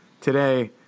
today